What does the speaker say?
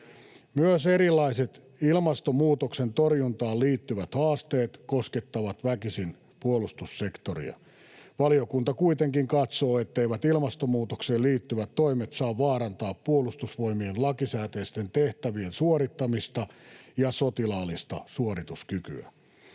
Myös erilaiset ilmastonmuutoksen torjuntaan liittyvät haasteet koskettavat väkisin puolustussektoria. Valiokunta kuitenkin katsoo, etteivät ilmastonmuutokseen liittyvät toimet saa vaarantaa Puolustusvoimien lakisääteisten tehtävien suorittamista ja sotilaallista suorituskykyä.